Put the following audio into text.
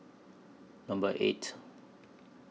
Number eight